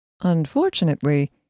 Unfortunately